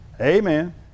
Amen